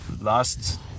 last